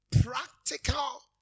Practical